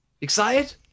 Excited